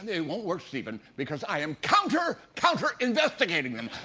it won't work, stephen, because i am counter-counter counter-counter investigating them!